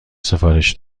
سفارش